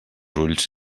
ulls